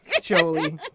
Jolie